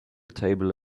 table